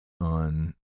on